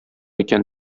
икән